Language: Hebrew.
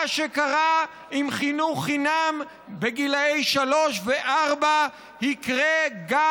מה שקרה עם חינוך חינם בגיל שלוש וארבע יקרה גם